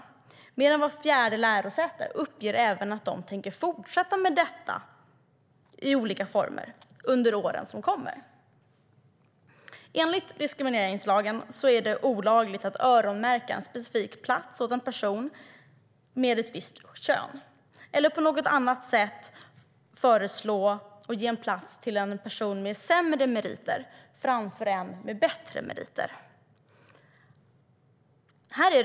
Vidare uppger mer än vart fjärde lärosäte att de tänker fortsätta med detta i olika former under kommande år. Enligt diskrimineringslagen är det olagligt att öronmärka en plats åt en person med ett visst kön eller att välja en person med sämre meriter framför en med bättre meriter.